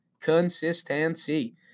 consistency